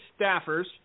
staffers